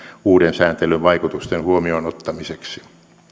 uuden sääntelyn vaikutusten huomioon ottamiseksi